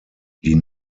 die